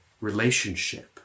relationship